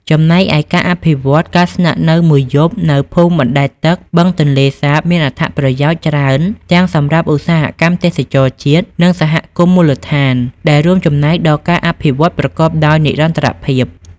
ចំណែកឯ ការអភិវឌ្ឍការស្នាក់នៅមួយយប់នៅភូមិបណ្ដែតទឹកបឹងទន្លេសាបមានអត្ថប្រយោជន៍ច្រើនទាំងសម្រាប់ឧស្សាហកម្មទេសចរណ៍ជាតិ និងសហគមន៍មូលដ្ឋាន ដែលរួមចំណែកដល់ការអភិវឌ្ឍប្រកបដោយនិរន្តរភាព។